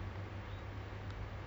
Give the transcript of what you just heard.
creepy